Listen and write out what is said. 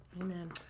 Amen